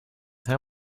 how